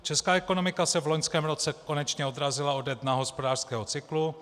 Česká ekonomika se v loňském roce konečně odrazila ode dna hospodářského cyklu.